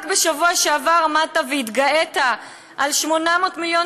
רק בשבוע שעבר עמדת והתגאית על 800 מיליון